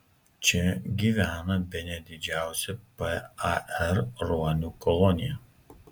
čia gyvena bene didžiausia par ruonių kolonija